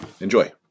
Enjoy